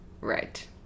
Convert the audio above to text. Right